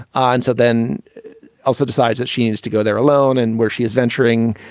ah and so then elsa decides that she needs to go there alone. and where she is venturing,